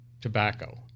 tobacco